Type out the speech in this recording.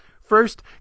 first